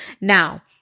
now